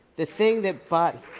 the thing that but